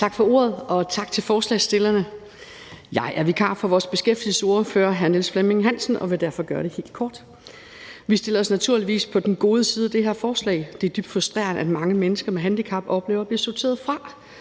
Tak for ordet, og tak til forslagsstillerne. Jeg er vikar for vores beskæftigelsesordfører, hr. Niels Flemming Hansen, og vil derfor gøre det helt kort. Vi stiller os naturligvis på den gode side i forhold til det her forslag. For det er dybt frustrerende, at mange mennesker med handicap oplever at blive sorteret fra